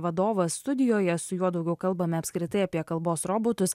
vadovas studijoje su juo daugiau kalbame apskritai apie kalbos robotus